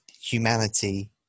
humanity